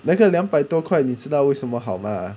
那个两百多块你知道为什么好吗